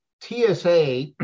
TSA